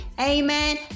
Amen